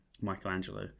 Michelangelo